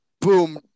Boom